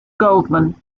goldman